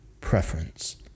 preference